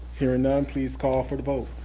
hearing none, please call for the vote.